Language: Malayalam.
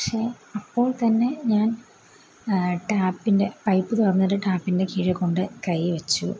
പക്ഷേ അപ്പോൾ തന്നെ ഞാൻ ടാപ്പിൻ്റെ പൈപ്പ് തുറന്നിട്ടിട്ട് ടാപ്പിൻ്റെ കീഴെ കൊണ്ടുപോയി കൈ വെച്ചു